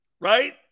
Right